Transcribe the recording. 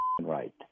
right